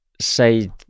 say